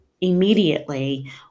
immediately